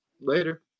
Later